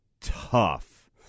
tough